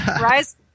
Rise